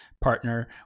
partner